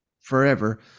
forever